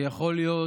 שיכול להיות